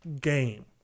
game